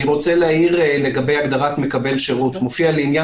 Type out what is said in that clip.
אני רוצה להעיר לגבי הגדרת מקבל שירות מופיע: לעניין